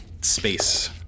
space